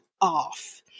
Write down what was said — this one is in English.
off